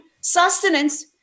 sustenance